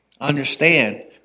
Understand